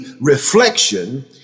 reflection